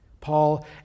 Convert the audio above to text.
Paul